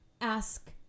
ask